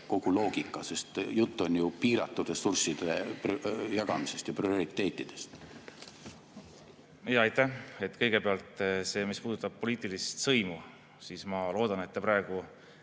teie loogika? Jutt on ju piiratud ressursside jagamisest ja prioriteetidest. Aitäh! Kõigepealt see, mis puudutab poliitilist sõimu, siis ma loodan, et te praegu